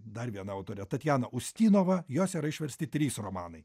dar viena autorė tatjana ustinova jos yra išversti trys romanai